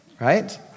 right